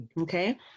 Okay